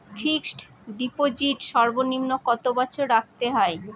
Fixed deposit সর্বনিম্ন কত বছর রাখতে হয়?